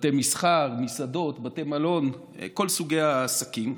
בתי מסחר, מסעדות, בתי מלון, כל סוגי העסקים.